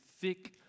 thick